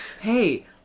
Hey